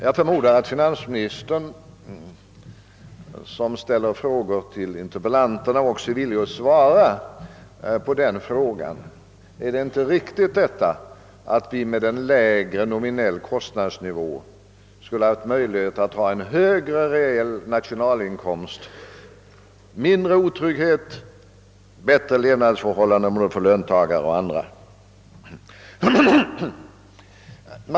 Jag förmodar att finansministern, som ställer frågor till interpellanterna, också är villig att svara på denna fråga: är det inte riktigt att vi med en lägre nominell kostnadsnivå skulle kunnat ha en högre reell nationalinkomst, mindre otrygghet och bättre levnadsförhållanden för både löntagare och andra?